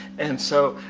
and so,